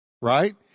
right